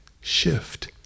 shift